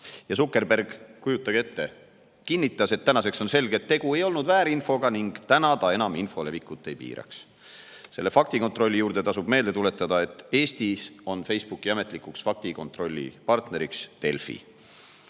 Zuckerberg – kujutage ette! – kinnitas, et tänaseks on selge, et tegu ei olnud väärinfoga, ning enam ta info levikut ei piira. Selle faktikontrolli juures tasub meelde tuletada, et Eestis on Facebooki ametlik faktikontrolli partner Delfi.